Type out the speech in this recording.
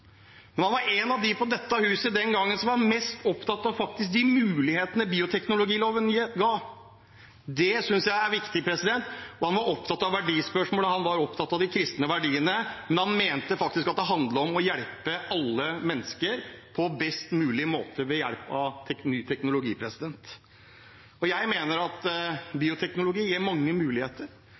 men han var en av dem på dette huset den gangen som var mest opptatt av de mulighetene bioteknologiloven ga. Det synes jeg er viktig. Han var opptatt av verdispørsmål, han var opptatt av de kristne verdiene, men han mente faktisk at det handlet om å hjelpe alle mennesker på best mulig måte ved hjelp av ny teknologi. Jeg mener at bioteknologi gir mange muligheter,